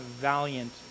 valiant